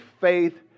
faith